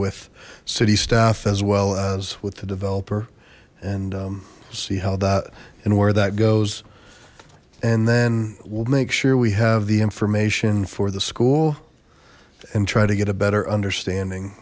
with city staff as well as with the developer and see how that and where that goes and then we'll make sure we have the information for the school and try to get a better understanding